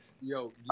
yo